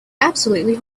absolutely